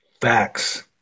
Facts